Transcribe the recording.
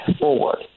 forward